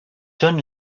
john